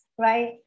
right